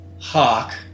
hawk